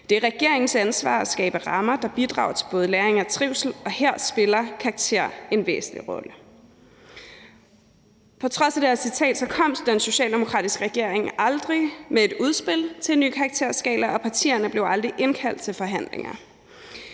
Det er regeringens ansvar at skabe rammer, der bidrager til både læring og trivsel. Her spiller karaktergivning en væsentlig rolle ...« På trods af det her citat kom den socialdemokratiske regering aldrig med et udspil til en ny karakterskala, og partierne blev aldrig indkaldt til forhandlinger.